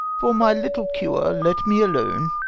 for my little cure, let me alone.